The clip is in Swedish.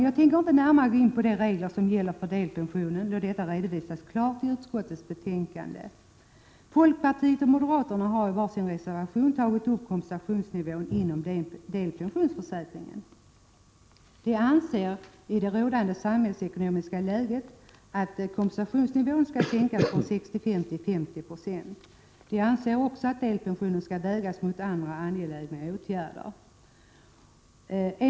Jag tänker inte närmare gå in på de regler som gäller för delpension, då dessa redovisas klart i utskottets betänkande. Folkpartiet och moderaterna har i var sin reservation tagit upp kompensationsnivån inom delpensionsförsäkringen. De anser att i det rådande samhällsekonomiska läget skall kompensationsnivån sänkas från 65 96 till 50 26. De anser också att delpensioner skall vägas mot andra angelägna 7 Prot. 1987/88:123 åtgärder.